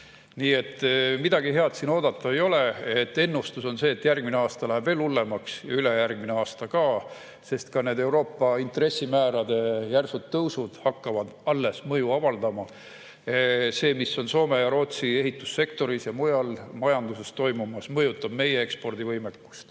Nii et midagi head siin oodata ei ole. Ennustus on see, et järgmine aasta läheb veel hullemaks, ülejärgmine aasta ka, sest Euroopa intressimäärade järsud tõusud alles hakkavad mõju avaldama. See, mis on Soome ja Rootsi ehitussektoris ja mujal majanduses toimumas, mõjutab meie ekspordivõimekust.